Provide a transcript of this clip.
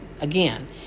again